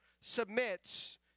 submits